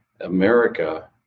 America